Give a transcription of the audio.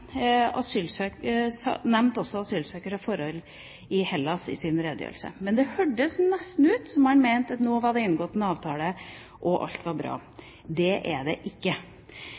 nevnte også asylsøkere og forhold i Hellas i sin redegjørelse, men det hørtes nesten ut som han mente at nå var det inngått en avtale, og at alt var bra. Det er det ikke.